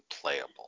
playable